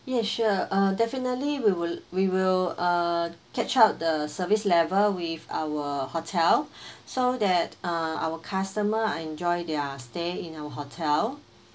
yes sure uh definitely we will we will uh catch up the service level with our hotel so that uh our customer enjoy their stay in our hotel